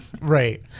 Right